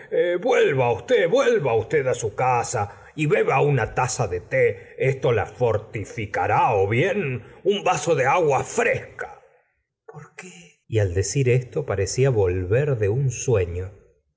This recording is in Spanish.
vuelva usted vuelva usted á su casa y beba una taza de té esto la fortificará ó bien un vaso de agua fresca por qué y al decir esto parecía volver de un sueño